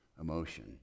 emotion